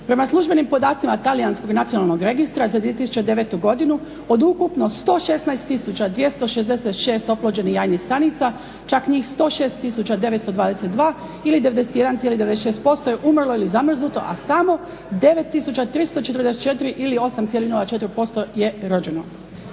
Prema službenim podacima talijanskog nacionalnog registra za 2009. godinu od ukupno 116266 oplođenih jajnih stanica čak njih106922 ili 91,96% je umrlo ili zamrznuto, a samo 9344 ili 8,04% je rođeno.